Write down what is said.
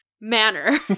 manner